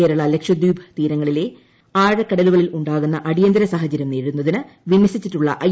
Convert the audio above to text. കേരള ലക്ഷദ്വീപ് തീരങ്ങളിലെ ആഴക്കടലുകളിൽ ഉണ്ടാകുന്ന അടിയന്തര സാഹചര്യം നേരിടുന്നതിന് വിന്യസിച്ചിട്ടുള്ള ഐ